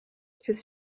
his